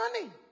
money